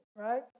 right